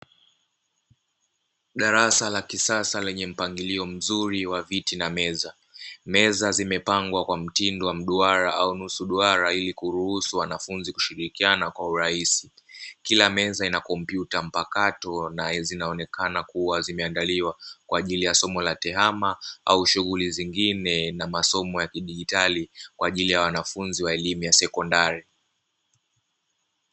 Darasa la kisasa lenye mpangilio mzuri wa viti na meza, meza zimepangwa kwa mtindo wa mduara au nusu duara ili kuruhusu wanafunzi kushirikiana kwa urahisi. Kila meza ina kompyuta mpakato na zinaonekana kuwa zimeandaliwa kwa ajili ya somo la tehama au shughuli zingine na masomo ya kidijitali kwa ajili ya wanafunzi wa elimu ya sekondari.